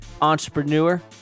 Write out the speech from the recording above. entrepreneur